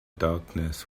darkness